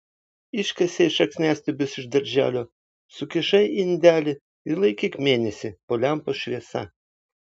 iškasei šakniastiebius iš darželio sukišai į indelį ir laikyk mėnesį po lempos šviesa